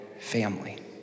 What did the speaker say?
family